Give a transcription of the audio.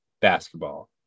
basketball